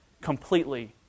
completely